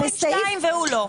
הם הסתדרו עם שניים והוא לא.